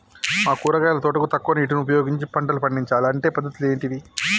మా కూరగాయల తోటకు తక్కువ నీటిని ఉపయోగించి పంటలు పండించాలే అంటే పద్ధతులు ఏంటివి?